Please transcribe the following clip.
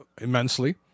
immensely